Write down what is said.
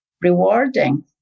rewarding